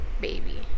baby